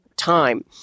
time